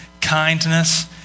kindness